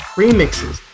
remixes